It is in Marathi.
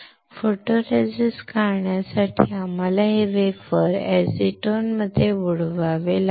फोटोरेसिस्ट काढण्यासाठी आम्हाला हे वेफर एसीटोन मध्ये बुडवावे लागले